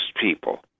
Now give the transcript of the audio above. people